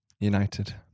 United